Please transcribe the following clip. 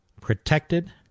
protected